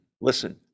listen